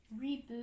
reboot